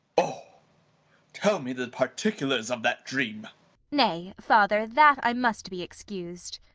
oh tell me the particulars of that dream nay, father, that i must be excus'd.